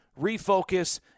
refocus